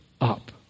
up